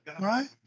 Right